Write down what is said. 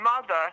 mother